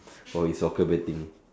for his soccer betting